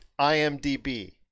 IMDb